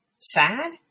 sad